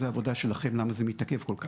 זה עבודה שלכם, למה זה מתעכב כל כך.